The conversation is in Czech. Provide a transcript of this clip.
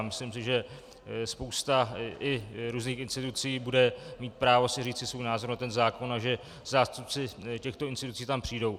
Myslím si, že spousta i různých institucí bude mít právo říci svůj názor na ten zákon a že zástupci těchto institucí tam přijdou.